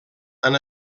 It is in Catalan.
han